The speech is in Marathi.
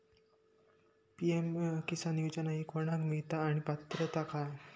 पी.एम किसान योजना ही कोणाक मिळता आणि पात्रता काय?